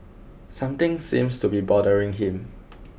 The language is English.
something seems to be bothering him